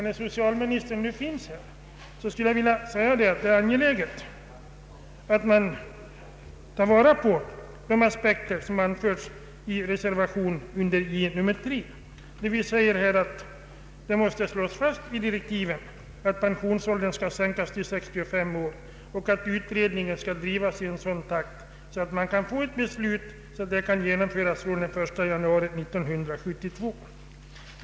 När socialministern nu finns här, skulle jag vilja säga att det är angeläget att ta vara på det som anförs i reservation 3, där det sägs att det måste slås fast i direktiven att pensionsåldern skall sänkas till 65 år och att utredningen skall drivas i en sådan takt att man får ett beslut som kan genomföras den 1 januari 1972.